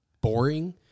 boring